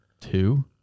Two